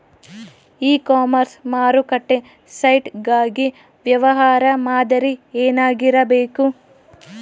E commerce ಮಾರುಕಟ್ಟೆ site ಗಾಗಿ ವ್ಯವಹಾರ ಮಾದರಿ ಏನಾಗಿರಬೇಕು?